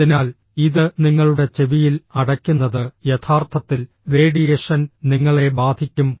അതിനാൽ ഇത് നിങ്ങളുടെ ചെവിയിൽ അടയ്ക്കുന്നത് യഥാർത്ഥത്തിൽ റേഡിയേഷൻ നിങ്ങളെ ബാധിക്കും